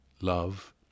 Love